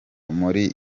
muri